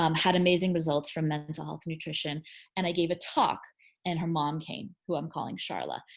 um had amazing results from mental health nutrition and i gave a talk and her mom came who i'm calling sharla.